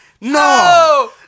No